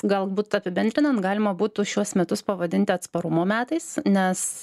galbūt apibendrinant galima būtų šiuos metus pavadinti atsparumo metais nes